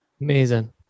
amazing